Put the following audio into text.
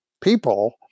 people